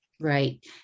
right